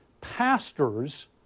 pastors